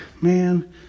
man